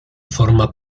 forma